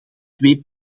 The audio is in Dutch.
twee